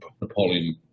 Napoleon